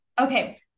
okay